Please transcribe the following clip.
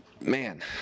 man